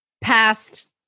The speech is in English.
past